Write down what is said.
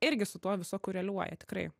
irgi su tuo visu koreliuoja tikrai